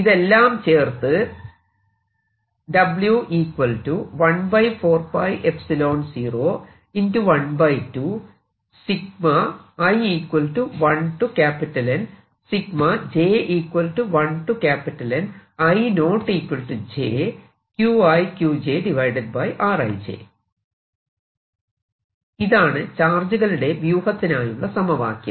ഇതെല്ലം ചേർത്ത് ഇതാണ് ചാർജുകളുടെ വ്യൂഹത്തിനായുള്ള സമവാക്യം